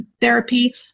therapy